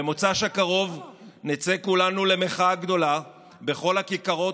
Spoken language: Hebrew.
במוצ"ש הקרוב נצא כולנו למחאה גדולה בכל הכיכרות